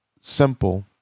simple